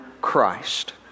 Christ